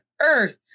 earth